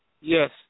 Yes